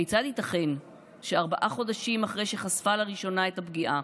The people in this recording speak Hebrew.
כיצד ייתכן שארבעה חודשים אחרי שחשפה לראשונה את הפגיעה,